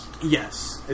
Yes